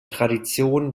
tradition